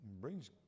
brings